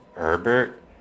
Herbert